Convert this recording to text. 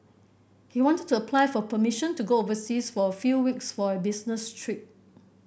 he wanted to apply for permission to go overseas for a few weeks for a business trip